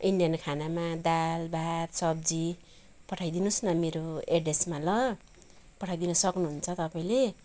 Indian खानामा दाल भात सब्जी पठाई दिनुहोस् न मेरो एड्रेसमा ल पठाइदिन सक्नुहुन्छ तपाईँले